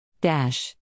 dash